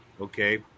okay